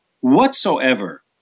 whatsoever